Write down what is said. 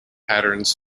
patterns